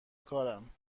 کارم